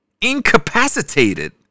incapacitated